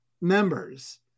members